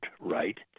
right